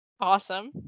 Awesome